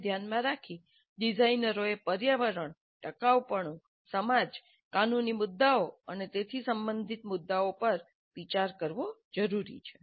ને ધ્યાનમાં રાખી ડિઝાઇનરોએ પર્યાવરણ ટકાઉપણું સમાજ કાનૂની મુદ્દાઓ અને તેથી સંબંધિત મુદ્દાઓ પર વિચાર કરવો જરૂરી છે